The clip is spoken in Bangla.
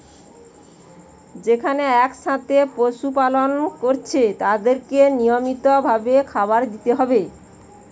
যেখানে একসাথে পশু পালন কোরছে তাদেরকে নিয়মিত ভাবে খাবার দিতে হয়